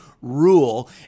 rule